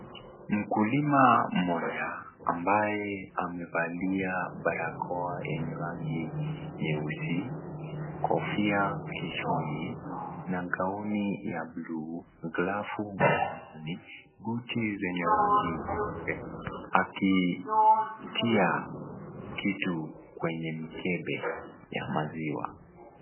Mkulima mmoja ambaye amevalia barakoa yenye rangi nyeusi, kofia kichwani na gauni ya bluu glavu mkononi buti zenye rangi nyeupe akitia kitu kwenye mikebe ya maziwa.